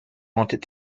wanted